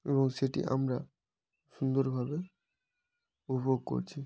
এবং সেটি আমরা সুন্দরভাবে উপভোগ করছি